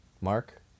Mark